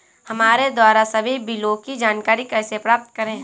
हमारे द्वारा सभी बिलों की जानकारी कैसे प्राप्त करें?